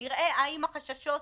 אנחנו מבקשים,